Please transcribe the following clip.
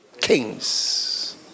Kings